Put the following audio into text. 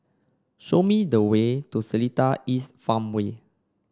show me the way to Seletar East Farmway